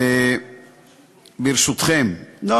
ברשותכם, כמעט סגרת את רשות השידור.